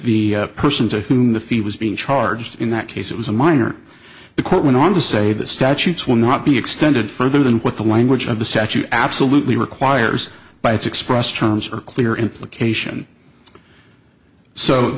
the person to whom the fee was being charged in that case it was a minor the court went on to say the statute will not be extended further than what the language of the statue absolutely requires by its express terms are clear implication so